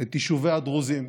את יישובי הדרוזים.